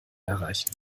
erreichen